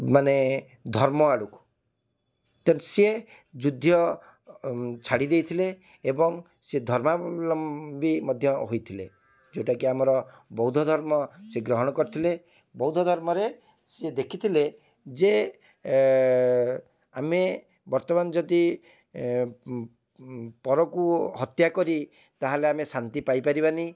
ମାନେ ଧର୍ମ ଆଡ଼କୁ ତେଣୁ ସିଏ ଯୁଦ୍ଧ ଅ ଛାଡ଼ିଦେଇଥିଲେ ଏବଂ ସିଏ ଧର୍ମାଲମ୍ବୀ ମଧ୍ୟ ହୋଇଥିଲେ ଯେଉଁଟାକି ଆମର ବୌଦ୍ଧଧର୍ମ ସିଏ ଗ୍ରହଣ କରିଥିଲେ ବୌଦ୍ଧ ଧର୍ମରେ ସିଏ ଦେଖିଥିଲେ ଯେ ଏ ଆମେ ବର୍ତ୍ତମାନ ଯଦି ଏ ପରକୁ ହତ୍ୟା କରି ତାହେଲେ ଆମେ ଶାନ୍ତି ପାଇପାରିବାନି